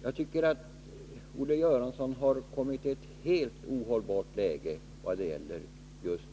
: Jag tycker att Olle Göransson har kommit i ett helt ohållbart läge vad gäller just